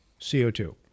CO2